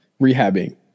rehabbing